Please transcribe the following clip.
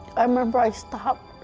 i remember i stopped,